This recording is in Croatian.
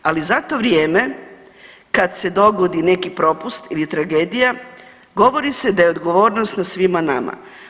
Ali za to vrijeme kad se dogodi neki propust ili tragedija govori se da je odgovornost na svima nama.